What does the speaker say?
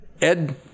Ed